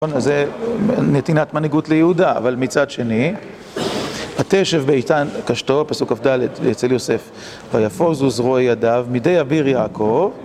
אז זה נתינת מנהיגות ליהודה, אבל מצד שני ותשב באיתן קשתו, פסוק כד אצל יוסף, ויפוזו זרועי ידיו מדי אביר יעקב